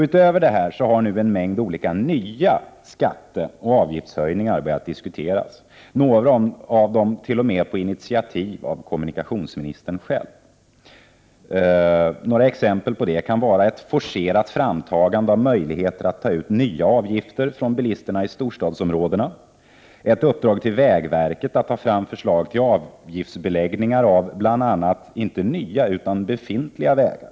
Utöver detta har nu en mängd olika nya skatteoch avgiftshöjningar börjat diskuteras, några av dem t.o.m. på initiativ av kommunikationsministern själv. Några exempel på detta är ett forcerat framtagande av möjligheten att ta ut nya avgifter från bilisterna i storstadsområdena och ett uppdrag till vägverket att ta fram förslag till avgiftsbeläggningar av inte nya utan befintliga vägar.